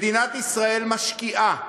מדינת ישראל משקיעה